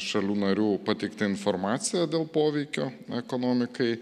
šalių narių pateikta informacija dėl poveikio ekonomikai